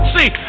See